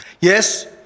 Yes